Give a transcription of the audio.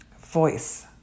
voice